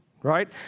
right